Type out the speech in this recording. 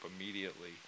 immediately